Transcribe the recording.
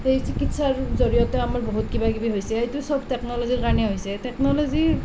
সেই চিকিৎসাৰ জড়িয়তে আমাৰ বহুত কিব কিবি হৈছে সেইটো চব টেকনলজিৰ কাৰণে হৈছে টেকনলজিৰ